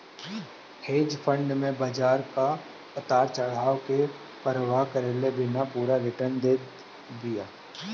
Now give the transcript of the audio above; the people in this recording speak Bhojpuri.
हेज फंड में बाजार कअ उतार चढ़ाव के परवाह कईले बिना पूरा रिटर्न देत बिया